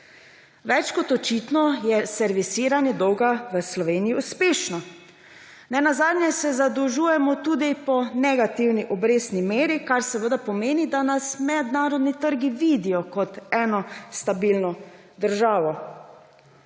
Več kot očitno je servisiranje dolga v Sloveniji uspešno. Ne nazadnje se zadolžujemo tudi po negativni obrestni meri, kar seveda pomeni, da nas mednarodni trgi vidijo kot eno stabilno državo.